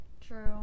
True